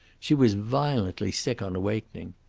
she was violently sick on awakening.